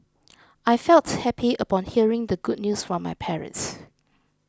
I felt happy upon hearing the good news from my parents